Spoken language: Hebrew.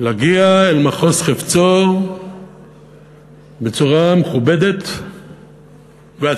להגיע אל מחוז חפצו בצורה מכובדת ועצמאית.